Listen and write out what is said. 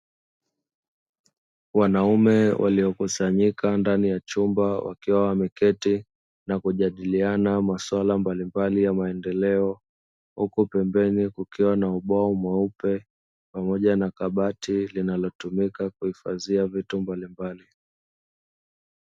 Wanaume waliokusanyika ndani ya chumba, wakiwa wameketi na kujadiliana masuala mbalimbali ya maendeleo, huku pembeni kukiwa na ukuta mweupe pamoja na kabati linalotumika kuhifadhia vitu mbalimbali.